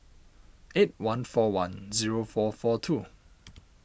eight one four one zero four four two